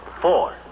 Four